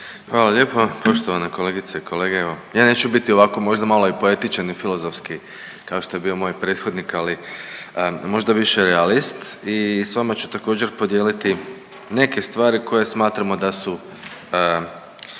Hvala lijepo. Poštovane kolegice i kolege, evo ja neću biti ovako možda malo i poetičan i filozofski kao što je bio moj prethodnik, ali možda više realist i s vama ću također podijeliti neke stvari koje smatramo da su